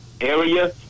area